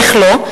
איך לא,